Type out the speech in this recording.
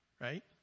right